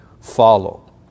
follow